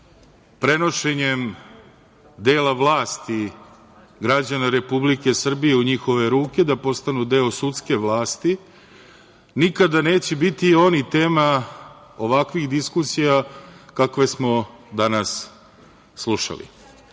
prenošenjem dela vlasti građana Republike Srbije u njihove ruke, da postanu deo sudske vlasti. Nikada neće biti oni tema ovakvih diskusija kakve smo danas slušali. Ono